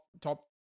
top